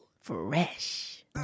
Fresh